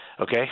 okay